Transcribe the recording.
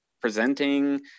presenting